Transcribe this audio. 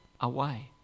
away